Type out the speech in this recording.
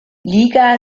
liga